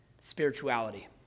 spirituality